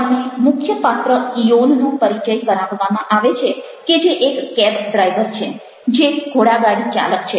આપણને મુખ્ય પાત્ર ઇયોનનો પરિચય કરાવવામાં આવે છે કે જે એક કેબ ડ્રાઇવર છે જે ઘોડાગાડી ચાલક છે